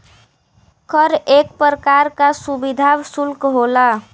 कर एक परकार का सुविधा सुल्क होला